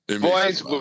Boys